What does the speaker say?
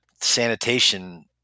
sanitation